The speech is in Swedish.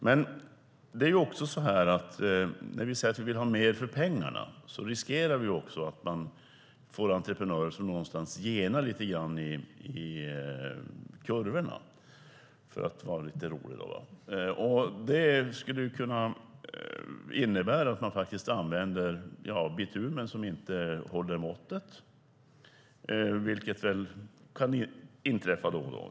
Men när vi säger att vi vill ha mer för pengarna riskerar vi att vi får entreprenörer som genar lite grann i kurvorna, för att vara lite rolig, och det skulle kunna innebära att man använder bitumen som inte håller måttet, vilket kan inträffa då och då.